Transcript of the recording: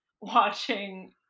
watching